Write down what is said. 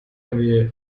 einem